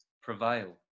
prevail